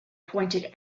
pointed